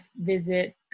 visit